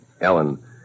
Ellen